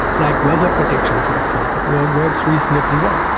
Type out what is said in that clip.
like weather prediction for example where it works reasonably well.